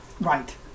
Right